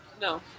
No